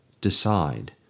decide